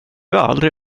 aldrig